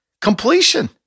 completion